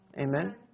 Amen